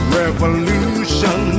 revolution